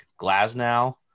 Glasnow